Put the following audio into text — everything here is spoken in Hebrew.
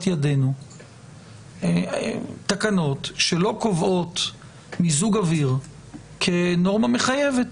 ידינו תקנות שלא קובעות מיזוג אוויר כנורמה מחייבת.